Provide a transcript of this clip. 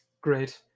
Great